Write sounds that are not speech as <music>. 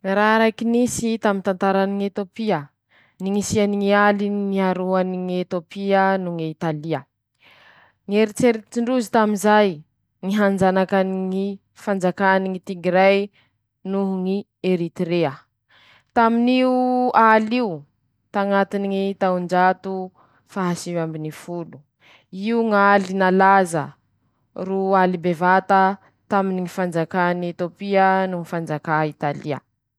Ñy raha raike nisy <shushes> taminy tantarany Etôpia: Ny ñisiany <shushes> ñ'aly nn niaroany ñ'Etôpia noho ñ'Italia, ñy eritseritsy <shushes> ndrozy taminy zay, ñy hanjanaky ñy fanjakany ñy Tigirey, noho ñy Eritiria, tamin'io al'io, tañatiny ñy taonjato faha sivy ambiny folo, <shushes> io ñ'aly nalaza ro aly bevata, taminy ñy fanjakà Etôpia noho fanjaka Italia.